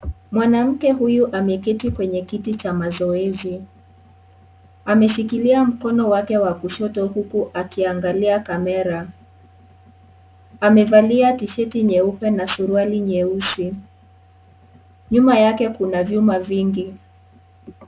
Mwanamke huyu ameketi kwenye kiti cha mazoezi, ameshikilia mkono wake wa kushoto huku akiangalia kamera, amevalia tisheti nyeupe na suruali nyeusi, nyuma yake kuna vyuma vingi.